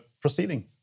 proceeding